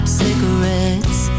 cigarettes